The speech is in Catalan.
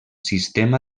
sistema